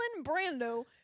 Brando